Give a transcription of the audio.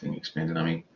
expand it on me.